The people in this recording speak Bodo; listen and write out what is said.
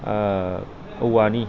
औवानि